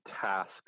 task